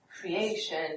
creation